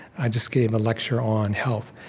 i just gave a lecture on health,